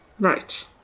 Right